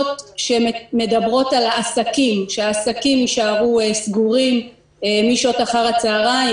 שמדברות על העסקים שהעסקים יישארו סגורים משעות אחר הצהריים,